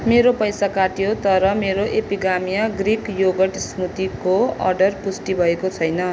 मेरो पैसा काटियो तर मेरो एपिगामिया ग्रिक योगर्ट स्मुदीको अर्डर पुष्टि भएको छैन